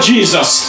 Jesus